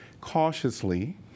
cautiously